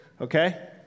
okay